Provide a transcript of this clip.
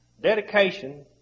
Dedication